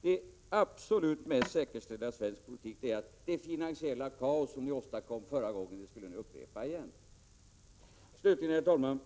Det absolut mest säkra i svensk politik är därför att det finansiella kaos som ni åstadkom förra gången skulle upprepas igen. Slutligen, herr talman: